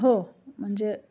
हो म्हणजे